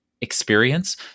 experience